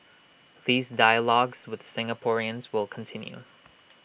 these dialogues with Singaporeans will continue